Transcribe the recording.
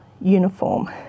uniform